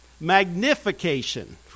magnification